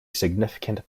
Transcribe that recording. significant